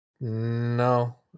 No